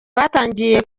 batangiye